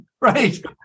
right